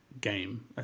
game